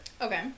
Okay